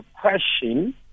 question